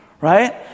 right